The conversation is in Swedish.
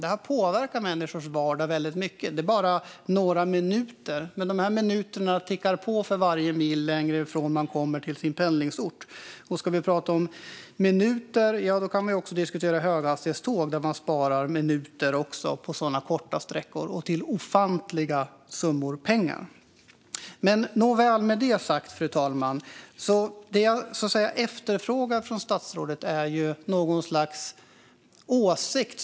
Det påverkar människors vardag mycket. Det är bara några minuter, men dessa minuter tickar på för varje mil längre bort en person kommer från sin pendlingsort. Om man ska prata om minuter kan man också diskutera höghastighetståg, där minuter sparas på korta sträckor, till ofantliga penningsummor. Med detta sagt, fru talman, är det som jag efterfrågar från statsrådet något slags åsikt.